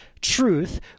truth